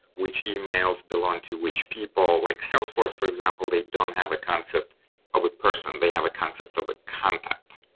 which emails belong to which people? like salesforce, for example, they don't have a concept of a person. they have a concept of a contact,